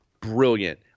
Brilliant